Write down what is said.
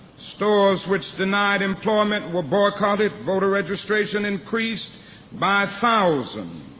stores which denied employment were boycotted voter registration increased by thousands.